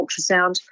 ultrasound